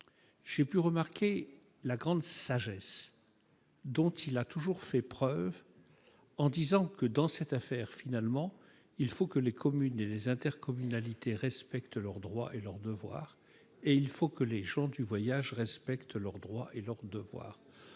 j'ai pu remarquer la grande sagesse dont celui-ci a toujours fait preuve, considérant que, dans cette affaire, il fallait que les communes et les intercommunalités respectent leurs droits et leurs devoirs, de même qu'il fallait que les gens du voyage respectent leurs droits et leurs devoirs.